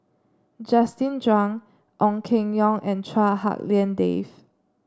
Justin Zhuang Ong Keng Yong and Chua Hak Lien Dave